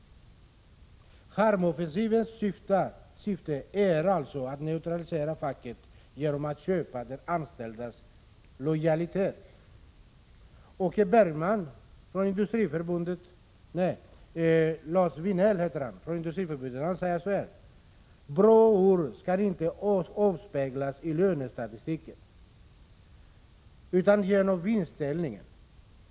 —-— ”Charmoffensivens” syfte är alltså att neutralisera facket genom att köpa de anställdas lojalitet. ——-— Åke Bergman citerar Industriförbundets Lars Vinell, som säger: ”Bra år ska inte avspeglas i lönestatistiken utan genom vinstdelning.